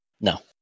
No